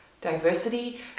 diversity